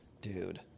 dude